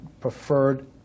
preferred